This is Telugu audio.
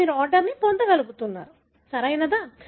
ఇప్పుడు మీరు ఆర్డర్ పొందగలుగుతున్నారు సరియైనదా